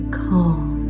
calm